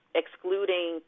excluding